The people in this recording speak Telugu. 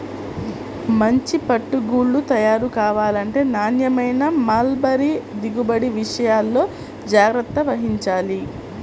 మంచి పట్టు గూళ్ళు తయారు కావాలంటే నాణ్యమైన మల్బరీ దిగుబడి విషయాల్లో జాగ్రత్త వహించాలి